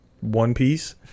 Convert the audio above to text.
one-piece